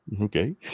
Okay